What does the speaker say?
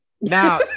Now